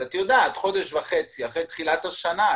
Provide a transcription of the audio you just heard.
חודש וחצי אחרי תחילת השנה,